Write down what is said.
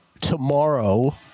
tomorrow